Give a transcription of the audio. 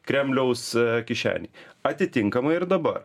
kremliaus kišenėj atitinkamai ir dabar